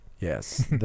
yes